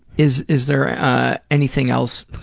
is is there anything else